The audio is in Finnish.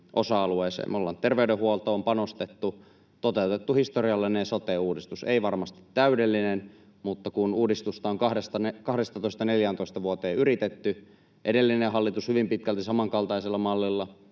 ollaan terveydenhuoltoon panostettu ja toteutettu historiallinen sote-uudistus — ei varmasti täydellinen, mutta kun uudistusta on 12—14 vuotta yritetty, edellinen hallitus hyvin pitkälti samankaltaisella mallilla